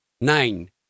Nine